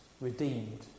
redeemed